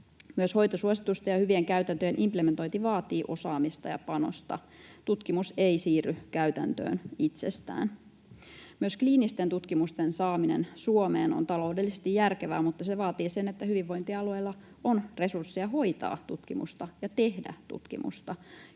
Myös hoitosuositusten ja hyvien käytäntöjen implementointi vaatii osaamista ja panosta. Tutkimus ei siirry käytäntöön itsestään. Myös kliinisten tutkimusten saaminen Suomeen on taloudellisesti järkevää, mutta se vaatii sen, että hyvinvointialueilla on resursseja hoitaa tutkimusta ja tehdä tutkimusta.